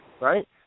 right